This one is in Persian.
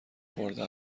خورده